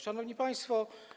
Szanowni Państwo!